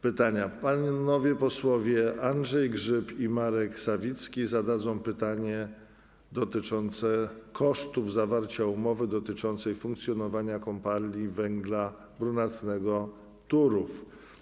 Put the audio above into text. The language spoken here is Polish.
Panowie posłowie Andrzej Grzyb i Marek Sawicki zadadzą pytanie dotyczące kosztów zawarcia umowy dotyczącej funkcjonowania Kopalni Węgla Brunatnego Turów.